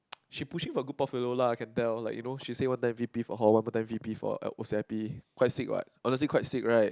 she pushing for good portfolio lah I can tell like you know she say one time V_P for hall one more time V_P for O_C_I_P quite sick [what] honestly quite sick [right]